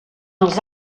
els